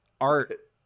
art